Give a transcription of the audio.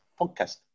Podcast